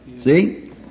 see